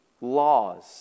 laws